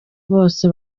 bose